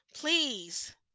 please